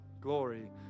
glory